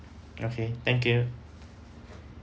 okay thank you